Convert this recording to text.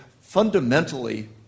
fundamentally